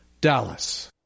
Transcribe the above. Dallas